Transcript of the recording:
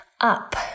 up